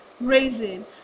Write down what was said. raising